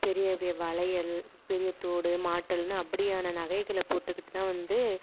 பெரிய பெரிய வளையல் பெரிய தோடு மாட்டல்னு அப்படியான நகைகளை போட்டுக்கிட்டு தான் வந்து